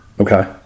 Okay